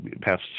past